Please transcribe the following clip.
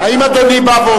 האם אדוני אומר,